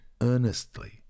earnestly